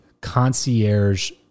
concierge